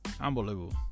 unbelievable